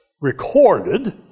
recorded